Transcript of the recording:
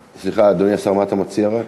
סליחה, אדוני השר, מה אתה מציע?